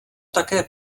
také